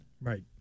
Right